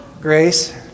Grace